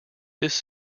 this